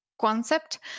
concept